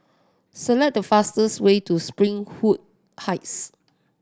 select the fastest way to Springwood Heights